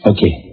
Okay